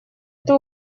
эту